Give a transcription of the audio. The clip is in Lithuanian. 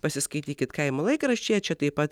pasiskaitykit kaimo laikraščyje čia taip pat